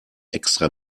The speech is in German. extra